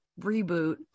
reboot